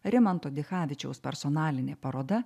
rimanto dichavičiaus personalinė paroda